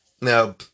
Now